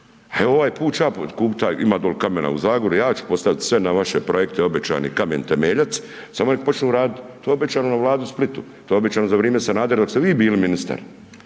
ću ja kupit taj, ima dol kamena u Zagori ja ću postavit sve na vaše projekte obećani kamen temeljac samo nek počnu radit, to je obećano na Vladi u Splitu, to je obećano za vrijeme Sanadera dok ste vi bili ministar,